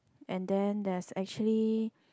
and then there's actually